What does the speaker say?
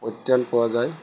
পৰিত্ৰাণ পোৱা যায়